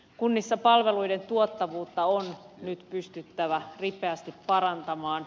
kunnissa palveluiden tuottavuutta on nyt pystyttävä ripeästi parantamaan